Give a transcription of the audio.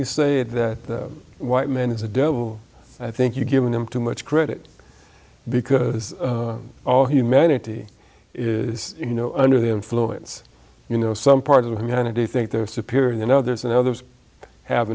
you say that white man is a devil i think you're giving them too much credit because all humanity is you know under the influence you know some part of the community think they're superior than others and others have